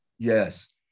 Yes